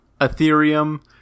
Ethereum